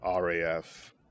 RAF